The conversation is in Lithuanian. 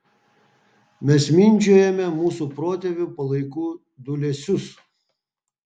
mes mindžiojame mūsų protėvių palaikų dūlėsius